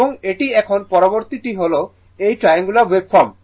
এবং এটি এখন পরবর্তী টি হল এই ট্রায়াঙ্গুলার ওয়েভফর্ম